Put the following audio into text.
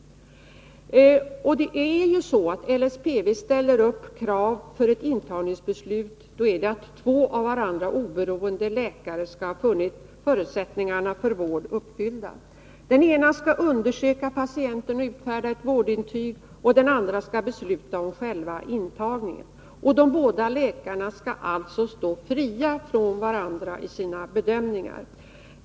LSPV ställer upp krav för ett intagningsbeslut, och det är att två av varandra oberoende läkare skall ha funnit förutsättningarna för vård uppfyllda. Den ene läkaren skall undersöka patienten och utfärda ett vårdintyg, och den andre skall besluta om själva intagningen. De båda läkarna skall alltså stå fria från varandra i sina bedömningar.